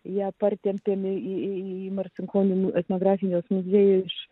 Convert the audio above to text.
ją partempėme į marcinkonių etnografinis muziejus